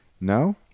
No